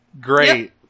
Great